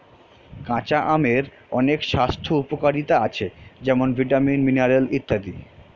কাঁচা আমের অনেক স্বাস্থ্য উপকারিতা আছে যেমন ভিটামিন, মিনারেল ইত্যাদি